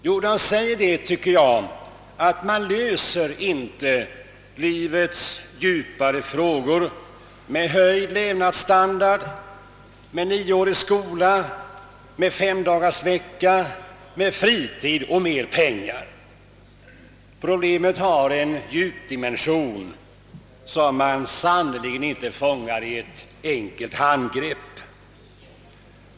Jo, de säger att man löser inte livets djupare frågor med höjd levnadsstandard, och naturligtvis inte heller genom sänkt standard, eller med nioårig skola, med femdagarsvecka, med fritid och mer pengar. Problemet har en djupdimension som sannerligen inte fångas med ett enkelt handgrepp.